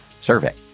survey